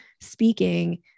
speaking